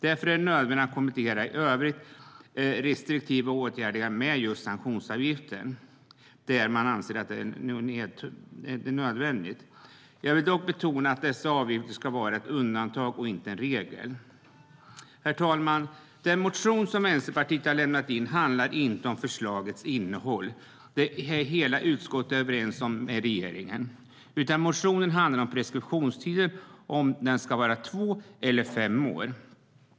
Därför är det nödvändigt med restriktiva åtgärder i form av sanktionsavgifter. Jag vill dock betona att dessa avgifter ska vara ett undantag och inte en regel. Herr talman! Vänsterpartiets reservation, med anledning av en motion, handlar inte om förslagets innehåll - hela utskottet är överens med regeringen om det - utan om huruvida preskriptionstiden ska vara två eller fem år.